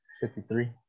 Fifty-three